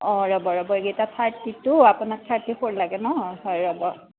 অ ৰ'ব ৰ'ব এইকেইটা থাৰ্টি টু আপোনাক থাৰ্টি ফ'ৰ লাগে ন' হয় ৰ'ব